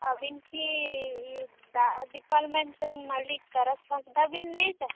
ᱟᱵᱮᱱ ᱠᱤ ᱫᱟᱜᱽ ᱰᱤᱯᱟᱨᱢᱮᱱᱴ ᱨᱮᱱ ᱢᱟᱹᱞᱤᱠ ᱛᱟᱨᱟᱥ ᱦᱟᱸᱥᱫᱟᱜ ᱵᱮᱱ ᱞᱟᱹᱭᱮᱫᱟ